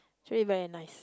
very nice